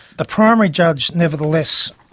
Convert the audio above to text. the primary judge, nevertheless,